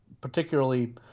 particularly